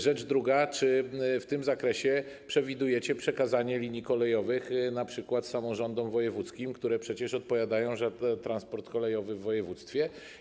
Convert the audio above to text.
Rzecz druga: Czy w tym zakresie przewidujecie przekazanie linii kolejowych np. samorządom wojewódzkim, które przecież odpowiadają za transport kolejowy w województwie?